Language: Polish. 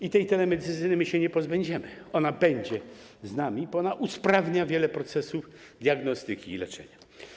I tej telemedycyny my się nie pozbędziemy, ona będzie z nami, bo ona usprawnia wiele procesów diagnostyki i leczenia.